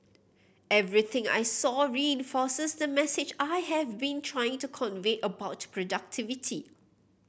everything I saw reinforces the message I have been trying to convey about productivity